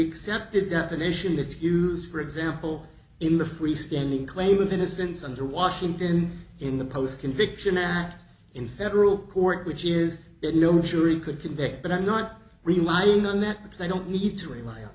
accepted definition that is used for example in the freestanding claim of innocence under washington in the post conviction act in federal court which is it no sure it could convict but i'm not relying on that because i don't need to re